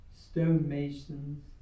stonemasons